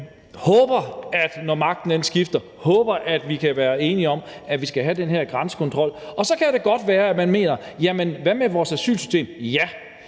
skifter, kan være enige om, at vi skal have den her grænsekontrol. Så kan det godt være, at man siger: Jamen hvad med vores asylsystem? Ja,